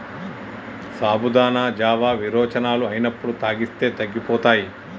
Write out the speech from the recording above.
సాబుదానా జావా విరోచనాలు అయినప్పుడు తాగిస్తే తగ్గిపోతాయి